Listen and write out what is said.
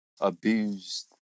abused